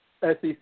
SEC